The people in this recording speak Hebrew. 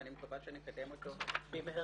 ואני מקווה שנקדם אותו במהרה,